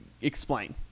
explain